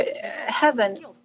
heaven